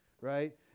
right